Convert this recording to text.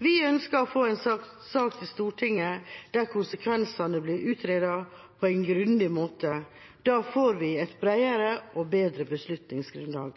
Vi ønsker å få en sak til Stortinget der konsekvensene blir utredet på en grundig måte. Da får vi et bredere og bedre beslutningsgrunnlag.